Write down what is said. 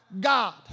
God